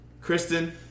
Kristen